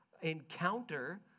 encounter